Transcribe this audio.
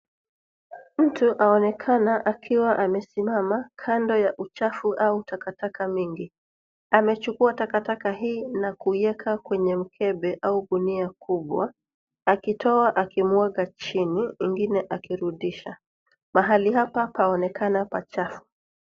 Mtu aonekana akiwa amesimama kando ya uchafu au takataka mingi. Amechukua takataka hii na kuiweka kwenye mkebe au gunia kubwa, akitoa akimwaga chini ingine akirudisha. Mahali hapa paonekana pachafu.